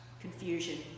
confusion